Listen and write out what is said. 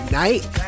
night